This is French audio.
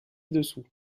dessous